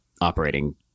operating